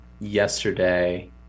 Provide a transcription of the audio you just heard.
yesterday